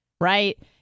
Right